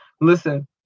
listen